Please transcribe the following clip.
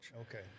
Okay